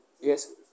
yes